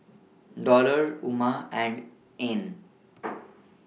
Dollah Umar and Ain